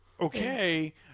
okay